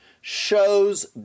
shows